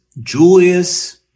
Julius